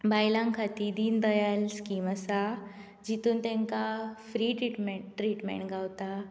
बायलां खातीर दीन दयाल स्कीम आसा जातूंत तांकां फ्री ट्रियमँट गावता